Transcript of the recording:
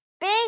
big